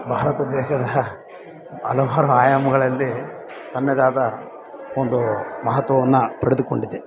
ಭಾರತ ದೇಶದ ಹಲವಾರು ಆಯಾಮಗಳಲ್ಲಿ ತನ್ನದೇ ಆದ ಒಂದು ಮಹತ್ವವನ್ನು ಪಡ್ದುಕೊಂಡಿದೆ